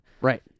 Right